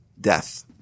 death